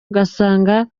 ugasanga